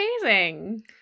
amazing